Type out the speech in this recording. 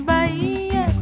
Bahia